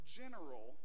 general